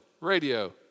radio